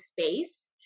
space